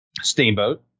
Steamboat